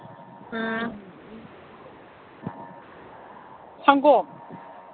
ꯎꯝ ꯁꯪꯒꯣꯝ